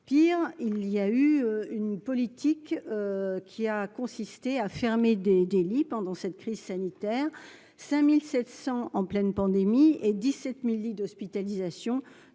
pire, il y a eu une politique qui a consisté à fermer des des lits pendant cette crise sanitaire 5700 en pleine pandémie et 17000 lits d'hospitalisation